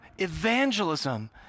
evangelism